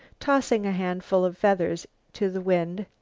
tossing a handful of feathers to the wind.